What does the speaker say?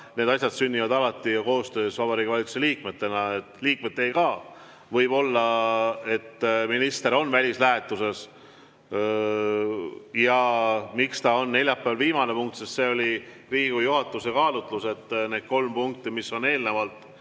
need asjad sünnivad alati koostöös Vabariigi Valitsuse liikmetega. Võib olla, et minister on välislähetuses. Miks see on neljapäeval viimane punkt? See oli Riigikogu juhatuse kaalutlus, et need kolm punkti, mis on eelnevalt,